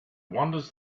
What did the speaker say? wanders